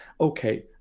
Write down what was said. okay